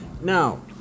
Now